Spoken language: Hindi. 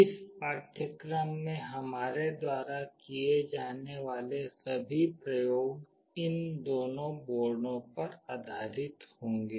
इस पाठ्यक्रम में हमारे द्वारा किए जाने वाले सभी प्रयोग इन दोनों बोर्डों पर आधारित होंगे